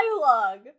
dialogue